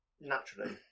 Naturally